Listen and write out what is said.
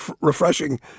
refreshing